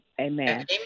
Amen